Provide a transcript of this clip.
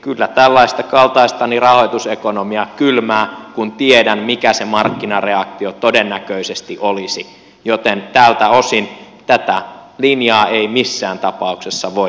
kyllä tällaista kaltaistani rahoitusekonomia kylmää kun tiedän mikä se markkinareaktio jo todennäköisesti olisi joten tältä osin tätä linjaa ei missään tapauksessa voi pitää vastuullisena